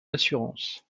d’assurances